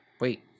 wait